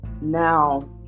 now